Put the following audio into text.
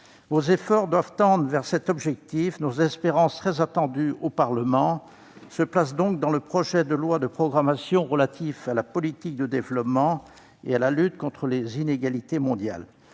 Vos efforts doivent tendre vers cet objectif. Nous plaçons donc nos espérances dans le projet de loi de programmation relatif à la politique de développement et à la lutte contre les inégalités mondiales,